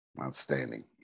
Outstanding